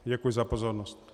Děkuji za pozornost.